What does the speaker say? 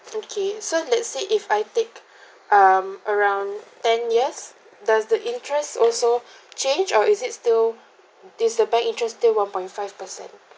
okay so let's say if I take um around ten years does the interest also change or is it still is the bank interest still one point five percent